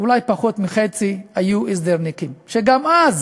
אולי פחות מחצי, היו הסדרניקים, שגם אז,